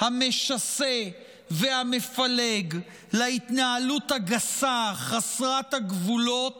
המשסה והמפלג, להתנהלות הגסה חסרת הגבולות